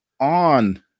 on